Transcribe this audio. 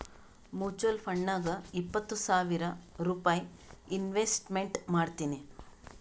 mutual ಫಂಡ್ನಾಗ್ ಇಪ್ಪತ್ತು ಸಾವಿರ್ ರೂಪೈ ಇನ್ವೆಸ್ಟ್ಮೆಂಟ್ ಮಾಡೀನಿ